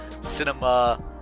Cinema